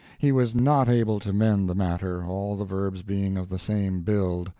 he was not able to mend the matter, all the verbs being of the same build,